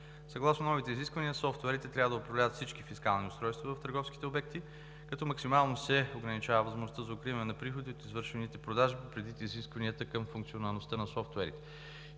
Съгласно новите изисквания софтуерите трябва да управляват всички фискални устройства в търговските обекти, като максимално се ограничава възможността за укриване на приходи от извършваните продажби предвид изискванията към функционалността на софтуерите.